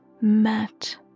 met